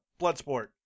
Bloodsport